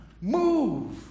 move